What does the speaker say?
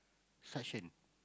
suction